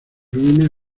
ruinas